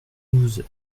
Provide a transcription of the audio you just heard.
douze